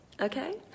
Okay